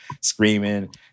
screaming